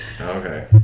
Okay